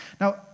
Now